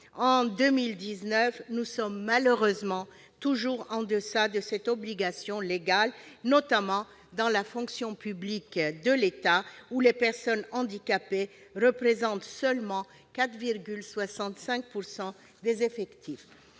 En 2019, nous sommes malheureusement toujours en deçà de cette obligation légale, notamment dans la fonction publique d'État, dans laquelle les personnes handicapées représentent seulement 4,65 % des effectifs.